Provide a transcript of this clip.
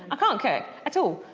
i can't cook at all.